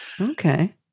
Okay